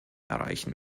erreichen